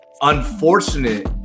unfortunate